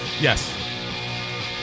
Yes